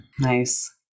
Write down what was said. Nice